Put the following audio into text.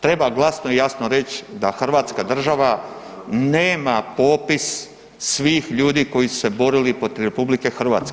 Treba glasno i jasno reć da Hrvatska država nema popis svih ljudi koji su se borili protiv RH.